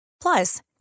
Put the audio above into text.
Plus